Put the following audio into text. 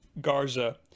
Garza